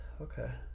Okay